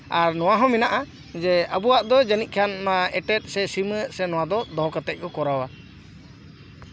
ᱟᱨ ᱱᱚᱣᱟ ᱦᱚᱸ ᱢᱮᱱᱟᱜᱼᱟ ᱡᱮ ᱟᱵᱚᱣᱟᱜ ᱫᱚ ᱡᱟᱹᱱᱤᱡ ᱠᱷᱟᱱ ᱮᱴᱮᱫ ᱥᱮ ᱥᱤᱢᱟᱹ ᱥᱮ ᱱᱚᱣᱟ ᱫᱚ ᱫᱚᱦᱚ ᱠᱟᱛᱮ ᱠᱚ ᱠᱚᱨᱟᱣᱟ